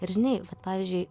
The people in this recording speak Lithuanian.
ir žinai vat pavyzdžiui